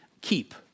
keep